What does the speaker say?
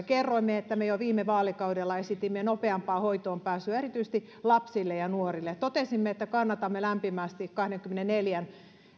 kerroimme että me jo viime kaudella esitimme nopeampaa hoitoon pääsyä erityisesti lapsille ja nuorille totesimme että kannatamme lämpimästi kahdenkymmenenneljän